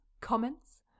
comments